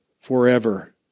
forever